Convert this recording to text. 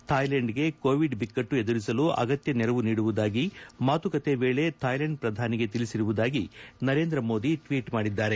ಥಾಯ್ಲೆಂಡ್ಗೆ Covid ಬಿಕ್ಕಟ್ಟು ಎದುರಿಸಲು ಅಗತ್ಯ ನೆರವು ನೀಡುವುದಾಗಿ ಮಾತುಕತೆ ವೇಳೆ ಥಾಯ್ಲೆಂಡ್ ಪ್ರಧಾನಿಗೆ ತಿಳಿಸಿರುವುದಾಗಿ ನರೇಂದ್ರ ಮೋದಿ ಟ್ವೀಟ್ ಮಾಡಿದ್ದಾರೆ